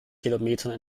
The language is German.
kilometern